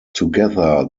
together